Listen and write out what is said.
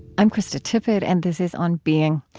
i'm krista tippett, and this is on being.